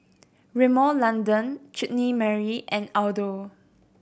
Rimmel London Chutney Mary and Aldo